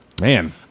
man